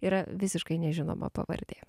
yra visiškai nežinoma pavardė